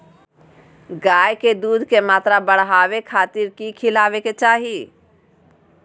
गाय में दूध के मात्रा बढ़ावे खातिर कि खिलावे के चाही?